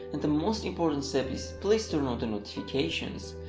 and the most important step is please turn on the notifications!